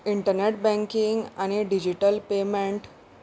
internet banking आनी digital payment